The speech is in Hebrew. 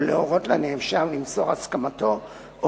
ולהורות לנאשם למסור את הסכמתו או